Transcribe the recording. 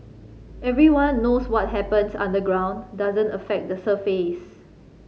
everyone knows what happens underground doesn't affect the surface